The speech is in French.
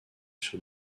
sur